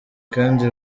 kandi